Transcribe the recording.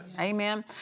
amen